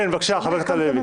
כן, בבקשה, חבר הכנסת הלוי.